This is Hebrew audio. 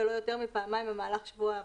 ולא יותר מפעמיים במהלך שבוע עבודה,